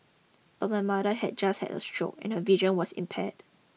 but my mother had just had a stroke and her vision was impaired